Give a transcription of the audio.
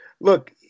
look